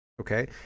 okay